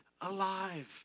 alive